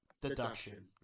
Deduction